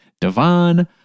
Devon